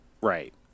right